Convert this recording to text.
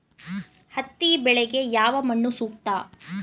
ಹತ್ತಿ ಬೆಳೆಗೆ ಯಾವ ಮಣ್ಣು ಸೂಕ್ತ?